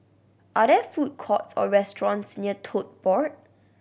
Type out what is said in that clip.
are there food courts or restaurants near Tote Board